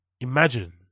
imagine